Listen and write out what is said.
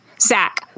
Zach